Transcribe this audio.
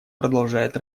продолжает